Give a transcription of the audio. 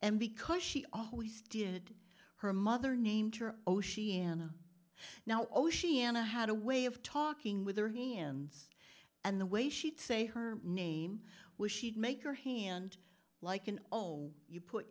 and because she always did her mother named her oceana now oceana had a way of talking with her hands and the way she'd say her name was she'd make her hand like an o you put